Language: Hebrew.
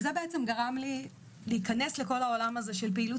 וזה בעצם גרם לי להיכנס לכל העולם הזה של פעילות